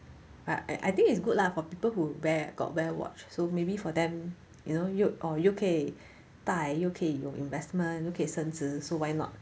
but I think it's good lah for people who wear got wear watch so maybe for them you know 又 err 又可以戴又可以有 investment 又可以升值 so why not